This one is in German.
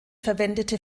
verwendete